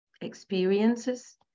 experiences